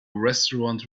restaurant